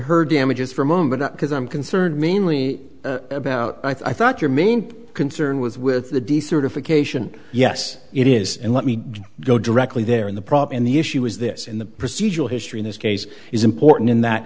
her damages for a moment because i'm concerned mainly about i thought your main concern was with the decertification yes it is and let me go directly there in the prop and the issue is this in the procedural history in this case is important in that